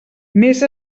més